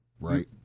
Right